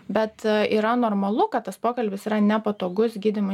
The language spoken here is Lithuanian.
bet yra normalu kad tas pokalbis yra nepatogus gydymo